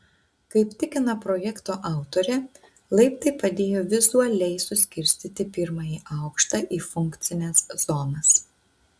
kaip tikina projekto autorė laiptai padėjo vizualiai suskirstyti pirmąjį aukštą į funkcines zonas